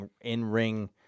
in-ring